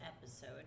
episode